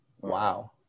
wow